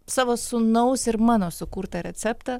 savo sūnaus ir mano sukurtą receptą